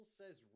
says